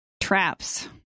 Traps